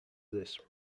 this